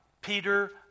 Peter